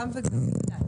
גם וגם.